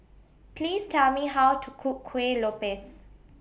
Please Tell Me How to Cook Kuih Lopes